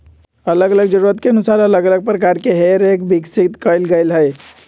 अल्लग अल्लग जरूरत के अनुसार अल्लग अल्लग प्रकार के हे रेक विकसित कएल गेल हइ